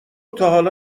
تاحالا